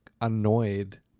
annoyed